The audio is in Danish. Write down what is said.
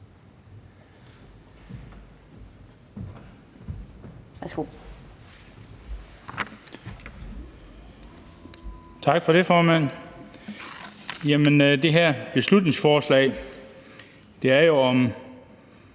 Tak for det, formand. Det her beslutningsforslag handler om,